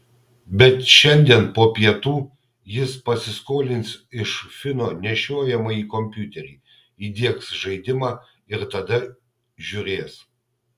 bet šiandien po pietų jis pasiskolins iš fino nešiojamąjį kompiuterį įdiegs žaidimą ir tada žiūrės